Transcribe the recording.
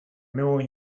meua